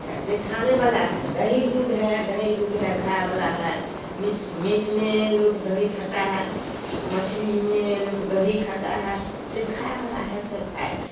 अच्छा जो खाने वला है दही दूध है दही दूध है खाने वाला है मीठा मीठे में लोग दही खाते हैं मछली में लोग दही खाते हैं जो खै वाला है सो खाएगा